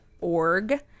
org